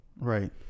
Right